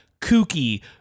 kooky